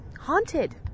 haunted